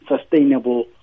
sustainable